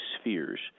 spheres